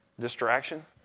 Distraction